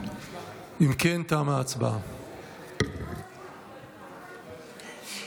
(קוראת בשם חבר כנסת) אברהם בצלאל,